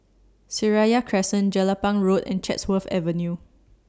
Seraya Crescent Jelapang Road and Chatsworth Avenue